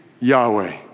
Yahweh